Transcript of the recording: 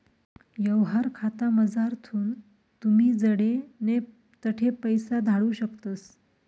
यवहार खातामझारथून तुमी जडे नै तठे पैसा धाडू शकतस